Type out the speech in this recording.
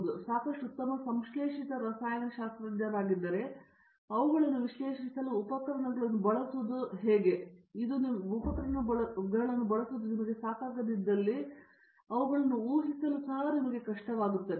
ನೀವು ಸಾಕಷ್ಟು ಉತ್ತಮ ಸಂಶ್ಲೇಷಿತ ರಸಾಯನಶಾಸ್ತ್ರಜ್ಞರಾಗಿದ್ದರೆ ಅವುಗಳನ್ನು ವಿಶ್ಲೇಷಿಸಲು ಉಪಕರಣಗಳನ್ನು ಬಳಸುವುದು ನಿಮಗೆ ಸಾಕಾಗದಿದ್ದಲ್ಲಿ ಆದರೆ ನೀವು ಅವುಗಳನ್ನು ಊಹಿಸಲು ಸಹ ಸಾಧ್ಯವಾಗುತ್ತದೆ